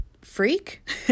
freak